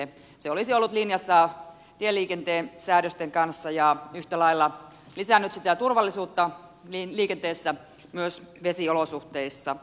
se olisi ollut linjassa tieliikenteen säädösten kanssa ja yhtä lailla lisännyt sitä turvallisuutta liikenteessä myös vesiolosuhteissa